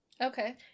Okay